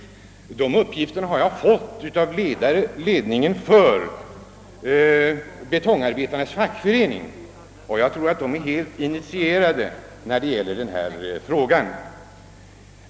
Uppgifterna har jag fått från ledningen för betongarbetarnas fackförening, och jag tror att dessa är helt initierade i frågan.